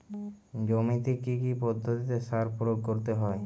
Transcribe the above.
জমিতে কী কী পদ্ধতিতে সার প্রয়োগ করতে হয়?